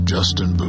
Justin